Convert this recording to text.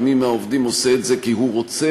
ומי מהעובדים עושה את זה כי הוא רוצה